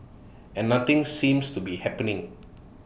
and nothing seems to be happening